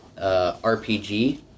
RPG